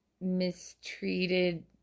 mistreated